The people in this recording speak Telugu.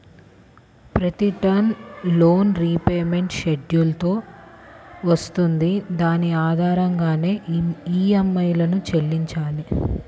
ప్రతి టర్మ్ లోన్ రీపేమెంట్ షెడ్యూల్ తో వస్తుంది దాని ఆధారంగానే ఈఎంఐలను చెల్లించాలి